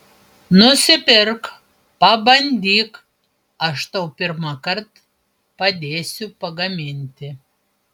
nusipirk pabandyk aš tau pirmąkart padėsiu pagaminti